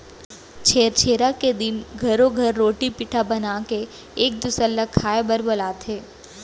छेरछेरा के दिन घरो घर रोटी पिठा बनाके एक दूसर ल खाए बर बलाथे